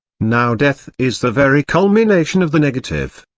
now death is the very culmination of the negative.